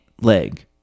leg